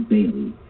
Bailey